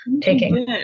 taking